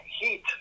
heat